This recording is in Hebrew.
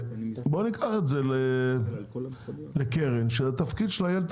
בוא ניקח את זה לקרן שהתפקיד שלה יהיה לטפל.